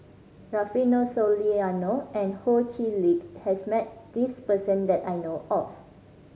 Rufino Soliano and Ho Chee Lick has met this person that I know of